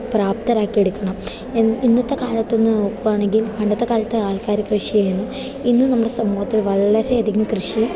പ്രാപ്തരാക്കിയെടുക്കണം ഇന്നത്തെ കാലത്തുനിന്ന് നോക്കുകയാണെങ്കിൽ പണ്ടത്തെ കാലത്ത് ആൾക്കാർ കൃഷി ചെയ്യുന്നു ഇന്നും നമ്മുടെ സമൂഹത്തിൽ വളരെയധികം കൃഷി